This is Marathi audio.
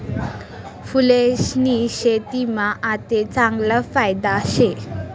फूलेस्नी शेतीमा आते चांगला फायदा शे